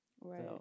right